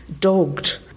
dogged